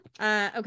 okay